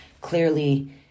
clearly